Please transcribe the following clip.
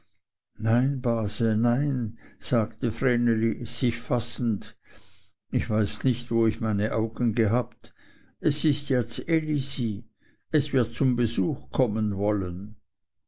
nein base nein sagte vreneli sich fassend ich weiß nicht wo ich meine augen gehabt es ist ja ds elisi es wird zu besuch kommen wollen